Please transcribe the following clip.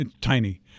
tiny